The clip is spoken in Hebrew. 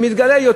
היא שמתגלית,